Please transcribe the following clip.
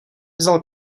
vzal